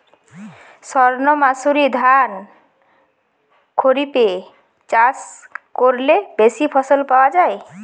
সর্ণমাসুরি ধান খরিপে চাষ করলে বেশি ফলন পাওয়া যায়?